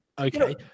Okay